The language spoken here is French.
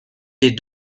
des